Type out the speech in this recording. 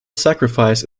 sacrifice